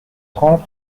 trente